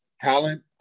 Talent